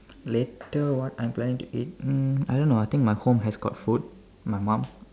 later what I planning to eat mm I don't know I think my home has got food my mum